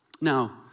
Now